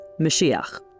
Mashiach